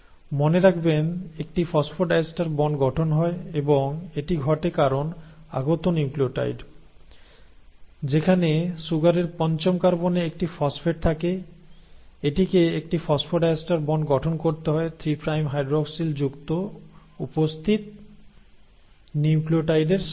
মনে রাখবেন একটি ফসফোডাইএস্টার বন্ড গঠন হয় এবং এটি ঘটে কারণ আগত নিউক্লিওটাইড যেখানে সুগারের পঞ্চম কার্বনে একটি ফসফেট থাকে এটিকে একটি ফসফোডাইএস্টার বন্ড গঠন করতে হয় 3 প্রাইম হাইড্রোক্সিলযুক্ত উপস্থিত নিউক্লিওটাইডের সাথে